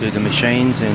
the machines and